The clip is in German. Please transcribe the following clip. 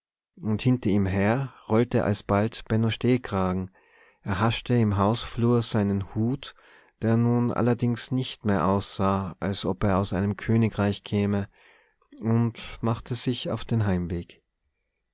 und hinter ihm her rollte alsbald benno stehkragen erhaschte im hausflur seinen hut der nun allerdings nicht mehr aussah als ob er aus einem königreich käme und machte sich auf den heimweg